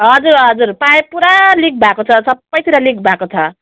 हजुर हजुर पाइप पुरा लिक भएको छ सबैतिर लिक भएको छ